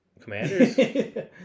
Commanders